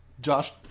Josh